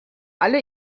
alle